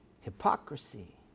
Hypocrisy